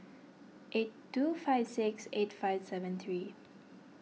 eight two five six eight five seven three